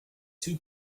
two